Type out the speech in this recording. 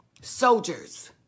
Soldiers